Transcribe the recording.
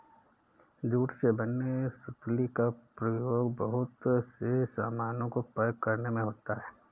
jute से बने सुतली का प्रयोग बहुत से सामानों को पैक करने में होता है